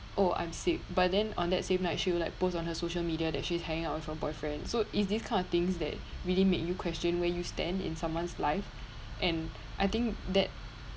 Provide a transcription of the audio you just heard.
oh I'm sick but then on that same night she would like post on her social media that she's hanging out with her boyfriend so is this kind of things that really make you question where you stand in someone's life and I think that